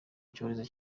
icyorezo